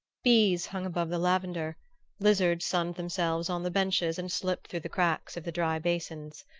bees hung above the lavender lizards sunned themselves on the benches and slipped through the cracks of the dry basins.